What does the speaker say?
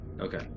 Okay